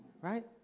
Right